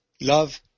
Love